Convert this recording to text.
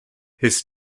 his